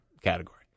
category